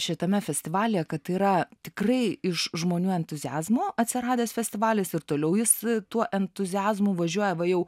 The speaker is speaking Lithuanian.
šitame festivalyje kad tai yra tikrai iš žmonių entuziazmo atsiradęs festivalis ir toliau jis tuo entuziazmu važiuoja va jau